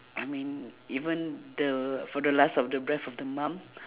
I mean even the for the last of the breath of the mum